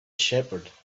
shepherd